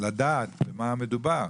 לדעת על מה מדובר,